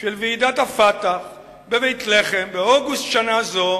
של ועידת ה"פתח" בבית-לחם באוגוסט שנה זו,